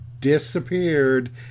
disappeared